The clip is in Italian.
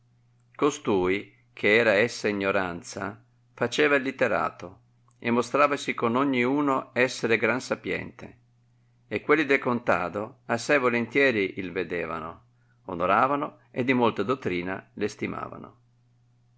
costui che era essa ignoranza faceva il literato e mostravasi con ogni uno esser gran sapiente e quelli del contado assai volontieri il vedevano onoravano e di molta dottrina l estimavano